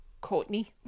Courtney